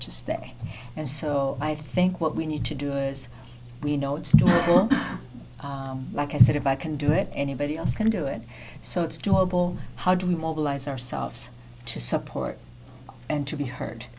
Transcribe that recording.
to stay and so i think what we need to do is we know it's like i said if i can do it anybody else can do it so it's doable how do we mobilize ourselves to support and to be